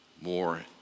more